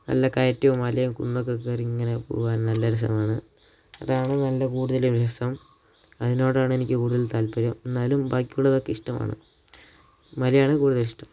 നല്ല കയറ്റവും മലയും കുന്നൊക്കെ കയറി ഇങ്ങനെ പോവാൻ നല്ല രസമാണ് അതാണ് നല്ല കൂടുതൽ രസം അതിനോടാണ് എനിക്ക് കൂടുതൽ താല്പര്യം എന്നാലും ബാക്കിയുള്ളതൊക്കെ ഇഷ്ടമാണ് മലയാണ് കൂടുതൽ ഇഷ്ടം